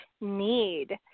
need